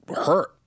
hurt